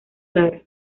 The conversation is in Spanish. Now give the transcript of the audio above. lara